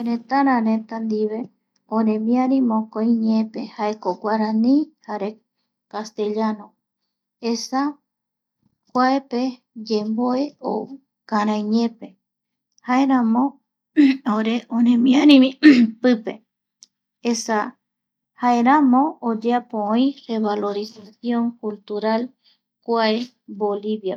Seretara reta ndive oremiari mokoi ñeepe jaeko guarani jare castellano, esa kauepe yemboe karai ñeepe, jaramo ore oremiarivi pipe esa jaeramo oyepo oi revalori zación cultural kuae Boliviape